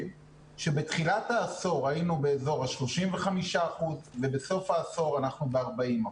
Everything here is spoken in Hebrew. שבתחילת העשור היינו באזור ה-35% ובסוף העשור אנחנו ב-40%.